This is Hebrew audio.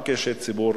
גם כאישי ציבור,